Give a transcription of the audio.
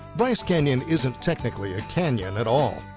bryce canyon isn't technically a canyon at all.